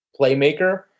playmaker